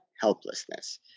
helplessness